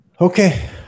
Okay